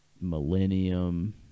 Millennium